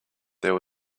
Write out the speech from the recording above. there